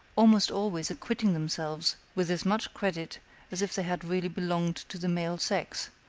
almost always acquitting themselves with as much credit as if they had really belonged to the male sex,